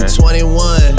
21